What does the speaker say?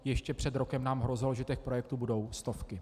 Ještě před rokem nám hrozilo, že těch projektů budou stovky.